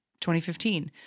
2015